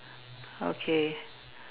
okay